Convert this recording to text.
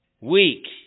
Weak